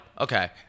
okay